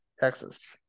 Texas